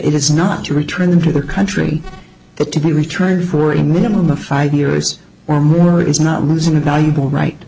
it is not to return them to the country but to be returned for a minimum of five years or more is not losing a valuable right